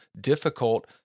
difficult